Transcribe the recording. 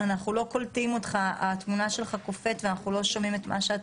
ששם חלק גדול מההתמכרויות נגרמות על ידי